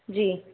ਜੀ